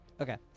Okay